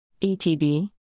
ETB